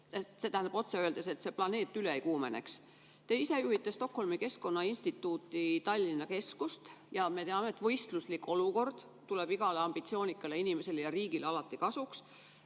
mis tähendab otse öeldes seda, et see planeet üle ei kuumeneks. Te juhite Stockholmi Keskkonnainstituudi Tallinna Keskust ja me teame, et võistluslik olukord tuleb igale ambitsioonikale inimesele ja riigile alati kasuks.